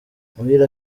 muhire